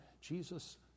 Jesus